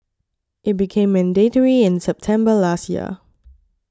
it became mandatory in September last year